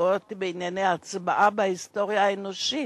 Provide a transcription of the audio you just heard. בענייני הצבעה בהיסטוריה האנושית.